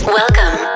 welcome